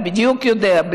אתה בדיוק יודע,